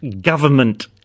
government